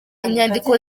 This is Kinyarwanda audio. inyandiko